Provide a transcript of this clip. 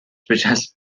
بچسب